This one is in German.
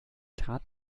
trat